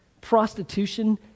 prostitution